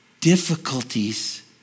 difficulties